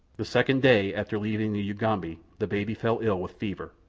the second day after leaving the ugambi the baby fell ill with fever.